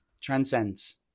transcends